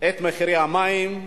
את מחיר המים,